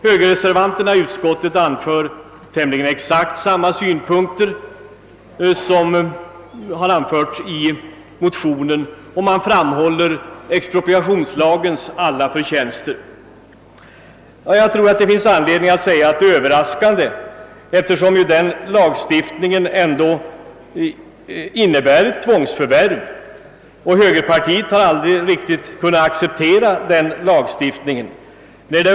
Högerreservanterna i utskottet anför tämligen exakt samma synpunkter som anförts i motionen, och man fram håller expropriationslagens alla förtjänster. Det finns anledning att säga att detta är överraskande, eftersom denna lagstiftning ändå avser ett tvångsförvärv och högerpartiet aldrig har riktigt kunnat acceptera lagstiftningen.